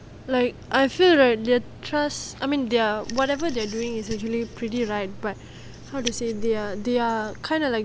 like I feel right the trust I mean they're whatever they're doing is actually pretty right but how to say they're they're kind of like